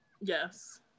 Yes